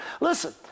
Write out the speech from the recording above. Listen